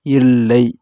இல்லை